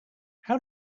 how